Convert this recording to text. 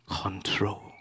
control